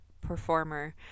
performer